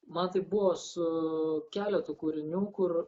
man taip buvo su keletu kūrinių kur